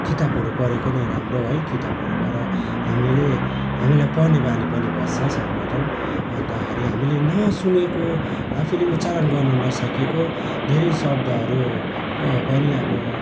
किताबहरू पढेको नै राम्रो है किताबहरूबाट हामीले हामीलाई पढ्ने बानी पनि बस्छ सर्वप्रथम अन्त हामी हामीले नसुनेको फेरि उच्चारणहरू गर्नु नसकिएको धेरै शब्दहरू पनि अब